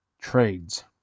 trades